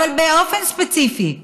אבל באופן ספציפי,